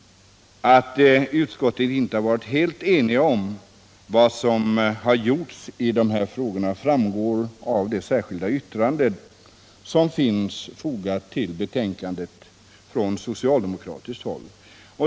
Att utskottets ledamöter inte har varit eniga om vad som har gjorts i denna fråga framgår av de särskilda yttranden som finns fogade till betänkandet från socialdemokratiskt håll.